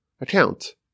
account